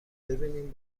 پسببینیم